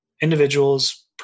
individuals